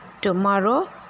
tomorrow